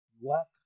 work